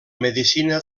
medicina